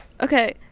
okay